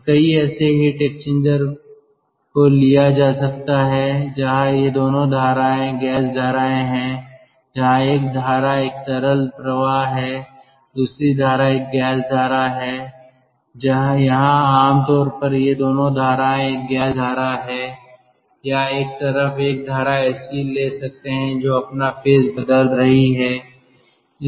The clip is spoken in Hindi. तो कई ऐसे हीट एक्सचेंजर को लिया जा सकता है जहां ये दोनों धाराएं गैस धाराएं हैं यहां एक धारा एक तरल प्रवाह है दूसरी धारा एक गैस धारा है यहां आम तौर पर ये दोनों धाराएं एक गैस धारा हैं या एक तरफ एक धारा ऐसी ले सकते हैं जो अपना फेज बदल रही है